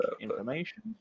information